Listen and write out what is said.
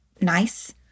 nice